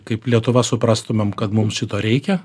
kaip lietuva suprastumėm kad mum šito reikia